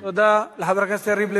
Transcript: טוב, תודה לחבר הכנסת יריב לוין.